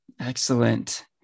excellent